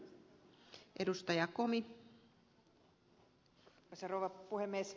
arvoisa rouva puhemies